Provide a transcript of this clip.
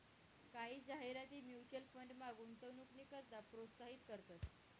कायी जाहिराती म्युच्युअल फंडमा गुंतवणूकनी करता प्रोत्साहित करतंस